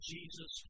Jesus